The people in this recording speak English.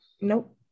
nope